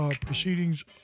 proceedings